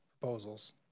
proposals